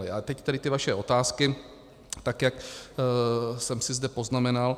A teď tedy ty vaše otázky, tak jak jsem si zde poznamenal.